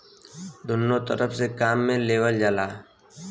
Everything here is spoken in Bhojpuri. दुन्नो तरफ से काम मे लेवल जाला